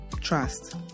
trust